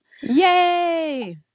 yay